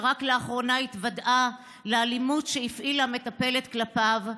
שרק לאחרונה התוודעה לאלימות שהפעילה המטפלת כלפיו.